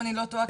אם אני לא טועה,